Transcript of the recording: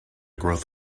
growth